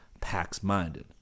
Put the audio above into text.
PAX-minded